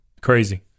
Crazy